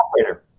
operator